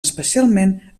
especialment